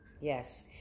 Yes